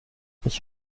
ich